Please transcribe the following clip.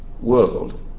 world